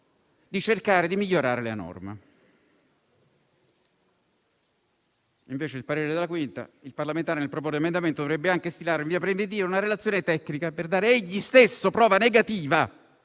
di cercare di migliorare la norma. Invece, stando al parere della 5a Commissione il parlamentare nel proporre l'emendamento dovrebbe anche stilare in via preventiva una relazione tecnica per dare egli stesso prova negativa